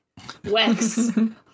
Wex